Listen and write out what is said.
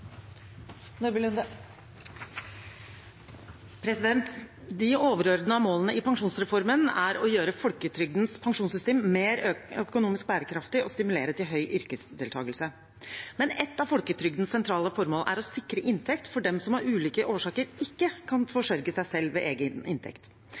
å gjøre folketrygdens pensjonssystem mer økonomisk bærekraftig og stimulere til høy yrkesdeltakelse, men ett av folketrygdens sentrale formål er å sikre inntekt for dem som av ulike årsaker ikke kan